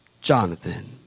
Jonathan